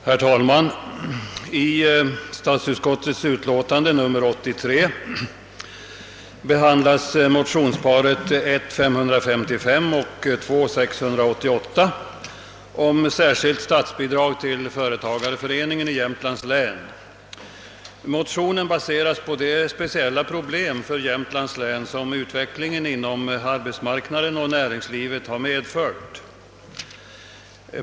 Herr talman! I statsutskottets utlåtande behandlas motionsparet I:555 och II: 688 om särskilt statsbidrag till företagareföreningen i Jämtlands län. Motionen baseras på de speciella problem för Jämtlands län som utvecklingen på arbetsmarknaden och inom näringslivet medfört.